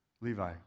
Levi